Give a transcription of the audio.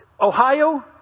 Ohio